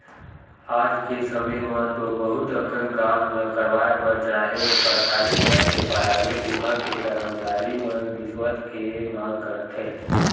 आज के समे म तो बहुत अकन काम ल करवाय बर चाहे ओ सरकारी होवय ते पराइवेट उहां के करमचारी मन रिस्वत के मांग करथे